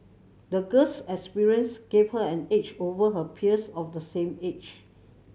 the girl's experience gave her an edge over her peers of the same age